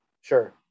Sure